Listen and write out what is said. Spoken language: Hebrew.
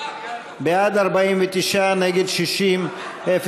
סמוטריץ ואורלי לוי אבקסיס לסעיף 20(1) לא נתקבלה.